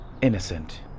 innocent